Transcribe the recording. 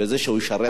בזה שהוא ישרת בצבא.